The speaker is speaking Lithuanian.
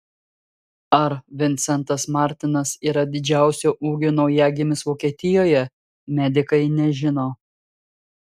ar vincentas martinas yra didžiausio ūgio naujagimis vokietijoje medikai nežino